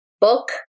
book